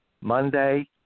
Monday